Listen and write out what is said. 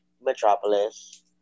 metropolis